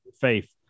faith